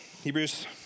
Hebrews